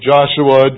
Joshua